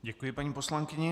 Děkuji paní poslankyni.